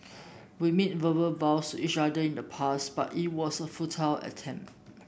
we made verbal vows to each other in the past but it was a futile attempt